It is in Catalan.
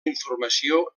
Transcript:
informació